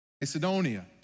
Macedonia